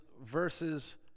verses